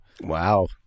Wow